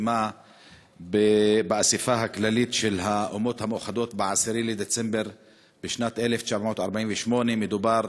שנחתמה באספה הכללית של האומות המאוחדות ב-10 בדצמבר 1948. מדובר